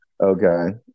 okay